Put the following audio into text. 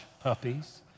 puppies